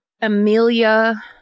Amelia